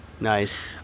nice